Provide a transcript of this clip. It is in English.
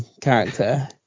character